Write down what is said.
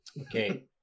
Okay